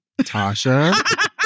Tasha